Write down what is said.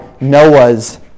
Noah's